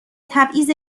تبعیض